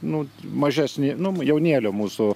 nu mažesni nu jaunėlio mūsų